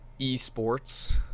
esports